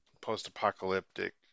post-apocalyptic